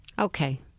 Okay